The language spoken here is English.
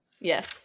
Yes